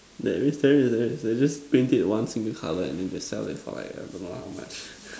there is there is there is there is they just paint it one single colour at then they sell it for like I don't know how much